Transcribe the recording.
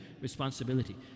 responsibility